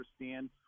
understand